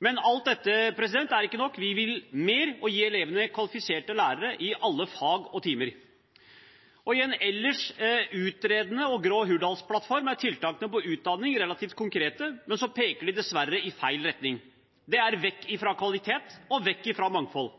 Men alt dette er ikke nok, vi vil mer og vil gi elevene kvalifiserte lærere i alle fag og timer. I en ellers utredende og grå Hurdalsplattform er tiltakene på utdanning relativt konkrete, men så peker de dessverre i feil retning – vekk fra kvalitet og vekk fra mangfold.